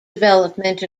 development